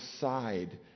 side